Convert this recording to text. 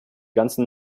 ganzen